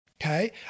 Okay